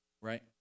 right